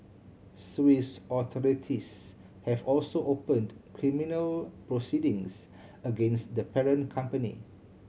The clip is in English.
Swiss authorities have also opened criminal proceedings against the parent company